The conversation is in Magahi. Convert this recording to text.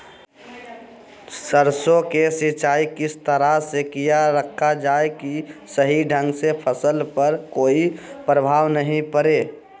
सरसों के सिंचाई किस तरह से किया रखा जाए कि सही ढंग से फसल पर कोई प्रभाव नहीं पड़े?